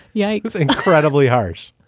yeah. it's incredibly harsh.